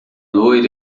loira